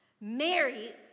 Mary